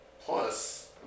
Plus